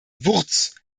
wurtz